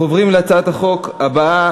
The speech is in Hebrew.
סליחה,